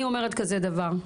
אני אומרת כזה דבר,